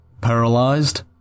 Paralyzed